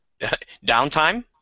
downtime